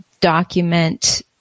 document